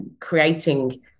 creating